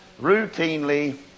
routinely